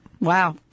Wow